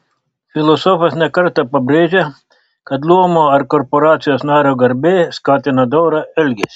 filosofas ne kartą pabrėžia kad luomo ar korporacijos nario garbė skatina dorą elgesį